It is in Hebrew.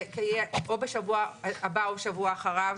זה יהיה או בשבוע הבא או בשבוע אחריו.